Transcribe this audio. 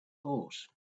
horse